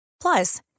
Plus